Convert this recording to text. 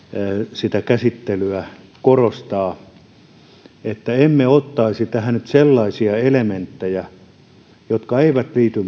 sitä käsittelyä korostaa että emme ottaisi tähän nyt sellaisia elementtejä jotka eivät liity